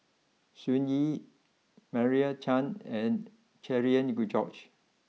Sun Yee Meira Chand and Cherian George